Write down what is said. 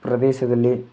ಪ್ರದೇಶದಲ್ಲಿ